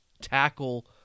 tackle